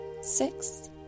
six